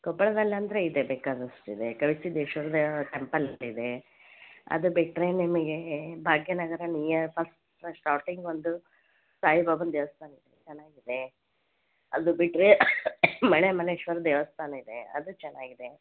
ಕೊಪ್ಪಳದಲ್ಲಂದ್ರೆ ಇದೆ ಬೇಕಾದಷ್ಟಿದೆ ಕಳಿಸಿದ್ದೇಶ್ವರಾ ಟೆಂಪಲ್ ಇದೆ ಅದು ಬಿಟ್ಟರೆ ನಿಮಗೆ Bhagya Nagar near first starting ಒಂದು ಸಾಯಿಬಾಬಾನ ದೇವಸ್ಥಾನ ಇದೆ ಚೆನ್ನಾಗಿದೆ ಅದು ಬಿಟ್ಟರೆ ಮಣೆ ಮನೇಶ್ವರ ದೇವಸ್ಥಾನಿದೆ ಅದು ಚೆನ್ನಾಗಿದೆ